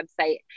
website